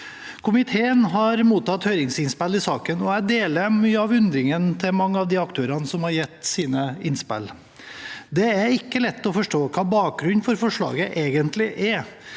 Komiteen har mottatt høringsinnspill i saken, og jeg deler mye av undringen til mange av de aktørene som har gitt sine innspill. Det er ikke lett å forstå hva bakgrunnen for forslaget egentlig er.